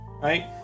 Right